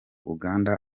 uganda